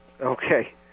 Okay